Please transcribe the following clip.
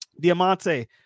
diamante